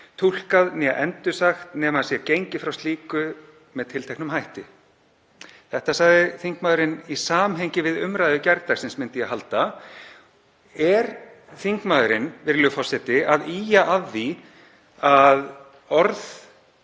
túlkað né endursagt nema gengið sé frá slíku með tilteknum hætti. Þetta sagði þingmaðurinn í samhengi við umræðu gærdagsins, myndi ég halda. Er þingmaðurinn, virðulegur forseti, að ýja að því að orð